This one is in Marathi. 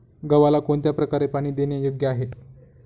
गव्हाला कोणत्या प्रकारे पाणी देणे योग्य आहे?